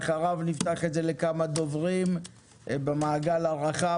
ולאחריו נפתח את זה לכמה דוברים במעגל הרחב.